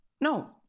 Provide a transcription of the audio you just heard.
No